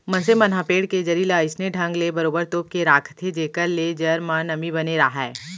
मनसे मन ह पेड़ के जरी ल अइसने ढंग ले बरोबर तोप के राखथे जेखर ले जर म नमी बने राहय